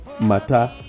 matter